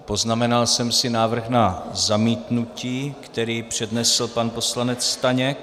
Poznamenal jsem si návrh na zamítnutí, který přednesl pan poslanec Staněk.